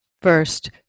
First